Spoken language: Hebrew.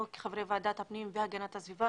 אנחנו כחברי ועדת הפנים והגנת הסביבה,